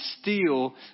steal